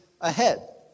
ahead